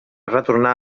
retornar